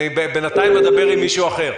בינתיים אדבר עם מישהו אחר.